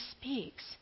speaks